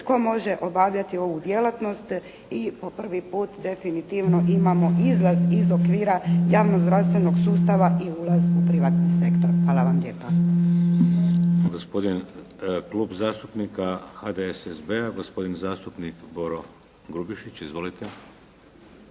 tko može obavljati ovu djelatnost i po prvi puta definitivno imamo izlaz iz okvira javnog zdravstvenog sustava i ulasku u privatni sektor. Hvala vam lijepa.